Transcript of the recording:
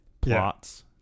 plots